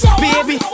baby